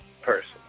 person